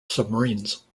submarines